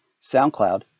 SoundCloud